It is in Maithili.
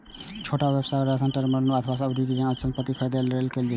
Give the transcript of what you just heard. छोट व्यवसाय सामान्यतः टर्म लोन अथवा सावधि ऋण अचल संपत्ति खरीदै लेल लए छै